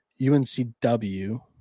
UNCW